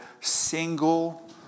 single